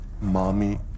Mommy